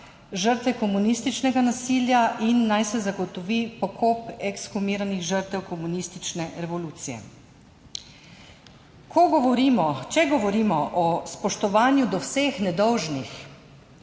žrtve komunističnega nasilja in naj se zagotovi pokop ekshumiranih žrtev komunistične revolucije. Če govorimo o spoštovanju do vseh nedolžnih